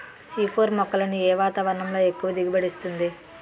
C four మొక్కలను ఏ వాతావరణంలో ఎక్కువ దిగుబడి ఇస్తుంది?